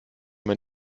man